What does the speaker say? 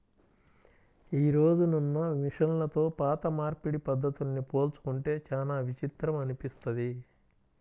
యీ రోజునున్న మిషన్లతో పాత నూర్పిడి పద్ధతుల్ని పోల్చుకుంటే చానా విచిత్రం అనిపిస్తది